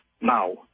now